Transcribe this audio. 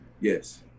yes